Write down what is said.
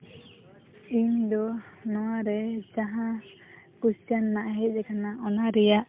ᱤᱧᱫᱚ ᱱᱚᱣᱟ ᱨᱮ ᱡᱟᱦᱟᱸ ᱠᱳᱥᱪᱟᱱ ᱱᱟᱦᱟᱜ ᱦᱮᱡ ᱟᱠᱟᱱᱟ ᱚᱱᱟ ᱨᱮᱭᱟᱜ